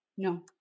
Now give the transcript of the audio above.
No